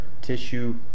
tissue